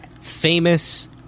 famous